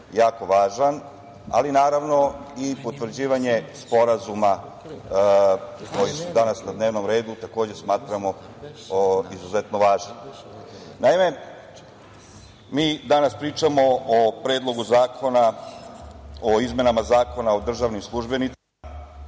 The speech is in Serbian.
jako važan, ali naravno, i potvrđivanje sporazuma koji su danas na dnevnom redu takođe, smatramo izuzetno važnim. Naime, mi danas pričamo o Predlogu zakona o izmenama Zakona o državnim